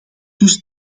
dus